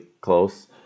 close